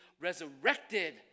resurrected